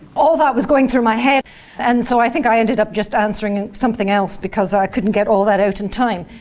all that was going through my head and so i think i ended up just answering something else because i couldn't get all that out in time.